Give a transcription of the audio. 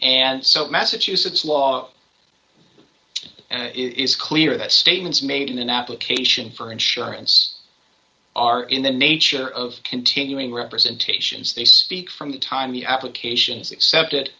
and so massachusetts law and it is clear that statements made in an application for insurance are in the nature of continuing representations they speak from the time the applications accept